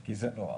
כי זה נוח,